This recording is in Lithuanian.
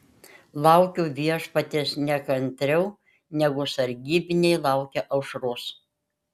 laukiu viešpaties nekantriau negu sargybiniai laukia aušros